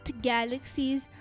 galaxies